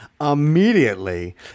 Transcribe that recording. immediately